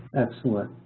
excellent.